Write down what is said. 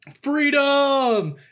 freedom